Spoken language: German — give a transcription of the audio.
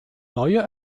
neue